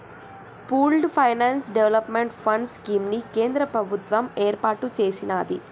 pooled finance development fund scheme ని కేంద్ర ప్రభుత్వం ఏర్పాటు చేసినాది